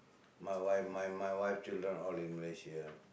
my wife my my wife children all in Malaysia